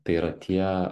tai yra tie